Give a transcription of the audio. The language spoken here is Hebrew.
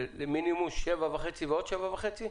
זה מינימום 7,500 ועוד 7,500?